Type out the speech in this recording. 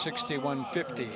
sixty one fifty